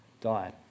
died